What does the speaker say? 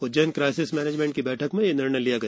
Ujjain crisis management की बैठक में यह निर्णय लिया गया